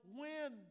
win